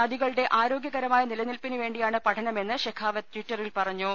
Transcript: നദികളുടെ ആരോഗ്യകരമായ നിലനിൽപ്പിനുവേണ്ടിയാണ് പഠനമെന്ന് ഷെഖാവത്ത് ടിറ്റ റിൽ പറഞ്ഞു